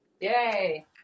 Yay